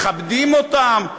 מכבדים אותם,